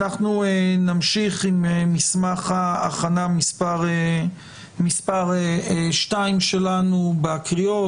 נמשיך במסמך ההכנה מס' 2 שלנו בקריאות.